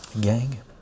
Gang